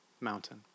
mountain